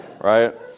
Right